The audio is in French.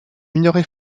minorez